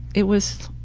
it was,